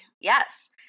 yes